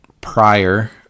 prior